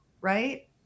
right